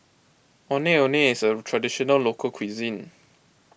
Ondeh Ondeh is a Traditional Local Cuisine